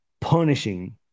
punishing